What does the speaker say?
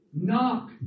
Knock